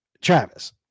Travis